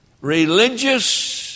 Religious